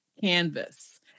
Canvas